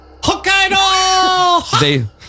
Hokkaido